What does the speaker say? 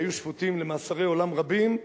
שהיו שפוטים למאסרי עולם רבים,